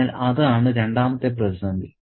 അതിനാൽ അതാണ് രണ്ടാമത്തെ പ്രതിസന്ധി